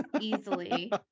Easily